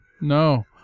No